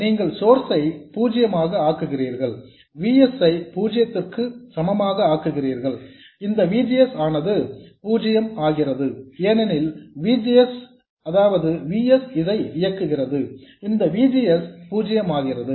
நீங்கள் சோர்ஸ் ஐ பூஜ்யமாக ஆக்குகிறீர்கள் V s ஐ பூஜ்யத்திற்கு சமமாக அமைக்கிறார்கள் இந்த V G S ஆனது பூஜ்ஜியம் ஆகிறது ஏனெனில் V s இதை இயக்குகிறது இந்த V G S பூஜ்ஜியமாகிறது